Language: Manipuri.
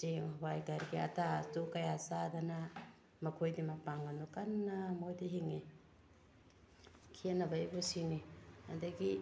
ꯆꯦꯡ ꯍꯋꯥꯏ ꯀꯔꯤ ꯀꯔꯥ ꯑꯇꯥ ꯑꯇꯨ ꯀꯌꯥ ꯆꯥꯗꯅ ꯃꯈꯣꯏꯗꯤ ꯃꯄꯥꯡꯒꯟ ꯀꯟꯅ ꯃꯣꯏꯗꯤ ꯍꯤꯡꯉꯤ ꯈꯦꯠꯅꯕ ꯍꯥꯏꯕꯨ ꯁꯤꯅꯤ ꯑꯗꯒꯤ